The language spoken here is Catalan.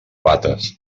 bates